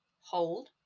Hold